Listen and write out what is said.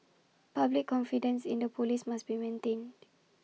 public confidence in the Police must be maintained